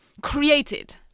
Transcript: created